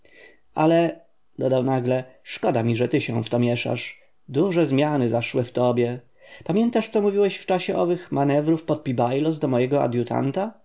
ale dodał nagle szkoda mi że ty się w to mieszasz duże zmiany zaszły w tobie pamiętasz co mówiłeś w czasie owych manewrów pod pi-bailos do mego